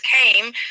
came